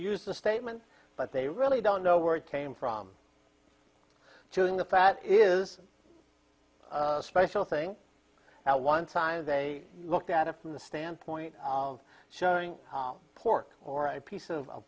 use the statement but they really don't know where it came from showing the fat is a special thing that one time they looked at it from the standpoint of showing pork or a piece of